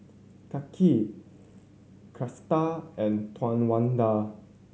Kaia Kristal and Towanda